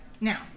Now